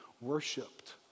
worshipped